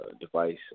device